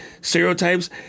stereotypes